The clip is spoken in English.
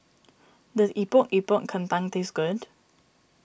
does Epok Epok Kentang taste good